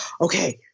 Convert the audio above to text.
okay